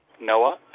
Noah